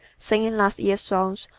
singing last year's songs,